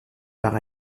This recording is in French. par